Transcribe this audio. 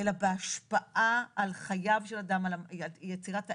אלא בהשפעה על חייו של אדם, על יצירת הערך,